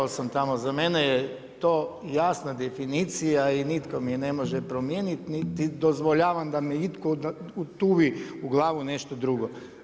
Rekao sam tamo, za mene je to jasna definicija i nitko mi je ne može promijeniti niti dozvoljavam da mi itko utuvi u glavu nešto drugo.